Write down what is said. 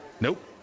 Nope